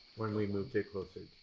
when we moved it closer